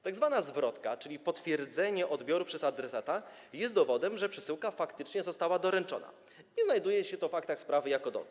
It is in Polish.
Tak zwana zwrotka, czyli potwierdzenie odbioru przez adresata, jest dowodem, że przesyłka faktycznie została doręczona, i znajduje się to w aktach sprawy jako dowód.